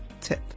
tip